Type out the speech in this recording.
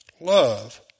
love